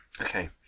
Okay